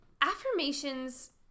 affirmations